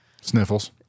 Sniffles